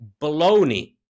baloney